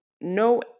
no